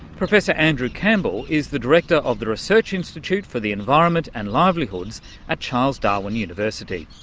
professor andrew campbell is the director of the research institute for the environment and livelihoods at charles darwin university.